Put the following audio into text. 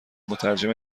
مترجم